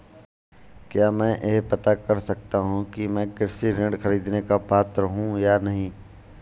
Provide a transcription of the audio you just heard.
क्या मैं यह पता कर सकता हूँ कि मैं कृषि ऋण ख़रीदने का पात्र हूँ या नहीं?